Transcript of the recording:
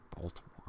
Baltimore